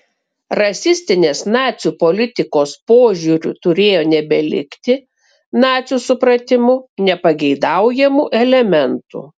rasistinės nacių politikos požiūriu turėjo nebelikti nacių supratimu nepageidaujamų elementų